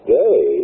day